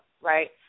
right